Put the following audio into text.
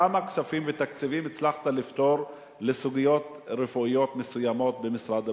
כמה כספים ותקציבים הצלחת לפתור בסוגיות רפואיות מסוימות במשרד הבריאות,